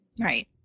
Right